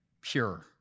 pure